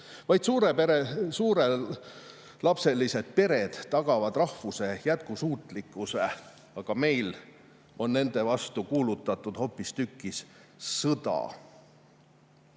Vaid [palju]lapselised pered tagavad rahvuse jätkusuutlikkuse, aga meil on nende vastu kuulutatud hoopistükkis sõda.